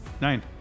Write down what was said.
Nine